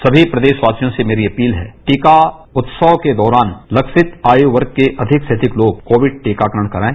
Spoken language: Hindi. सभी प्रदेश वासियों से मेरी अपील है टीका उत्सव के दौरान लक्षित आयु वर्ण के अधिक से अधिक लोग कोविड टीकाकरण करवाएं